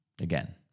Again